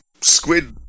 squid